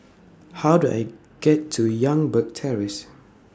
How Do I get to Youngberg Terrace